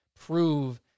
prove